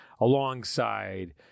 alongside